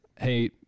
Hey